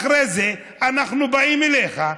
אחרי זה אנחנו באים אליך,